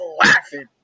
laughing